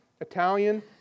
Italian